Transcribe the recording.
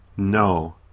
No